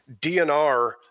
DNR